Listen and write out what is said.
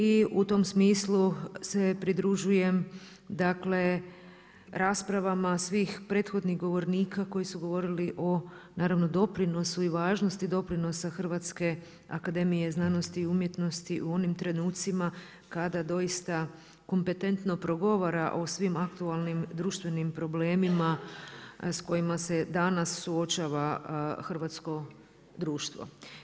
I u tom smislu se pridružujem raspravama svih prethodnih govornika koji su govorili naravno o doprinosu i važnosti doprinosa Hrvatske akademije znanosti i umjetnosti u onim trenucima kada doista kompetentno progovore o svim aktualnim društvenim problemima s kojima se danas suočava hrvatsko društvo.